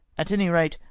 at any rate,